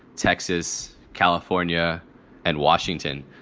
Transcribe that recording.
texas, california and washington.